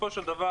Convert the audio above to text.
בסופו של דבר,